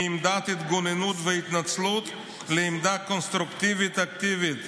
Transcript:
מעמדת התגוננות והתנצלות לעמדה קונסטרוקטיבית-אקטיבית,